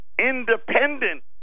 Independent